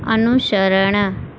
અનુસરણ